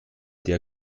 der